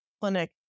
clinic